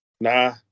Nah